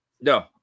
No